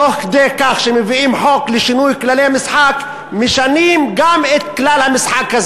תוך כדי כך שמביאים חוק לשינוי כללי המשחק ומשנים גם את כלל המשחק,